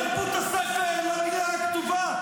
מסורת של בוז לתרבות הספר, למילה הכתובה.